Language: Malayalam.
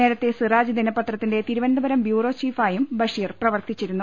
നേരത്തെ സിറാജ് ദിനപത്രത്തിന്റെ തിരുവനന്തപുരം ബ്യൂറോ ചീഫ് ആയും ബഷീർ പ്രവർത്തിച്ചിരുന്നു